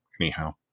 Anyhow